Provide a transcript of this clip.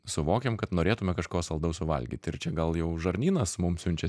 suvokiam kad norėtume kažko saldaus suvalgyt ir čia gal jau žarnynas mum siunčia